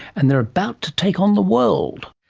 and they're about to take on the world.